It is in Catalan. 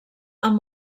amb